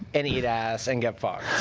and eat ass, and get fucked.